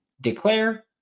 declare